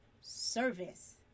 service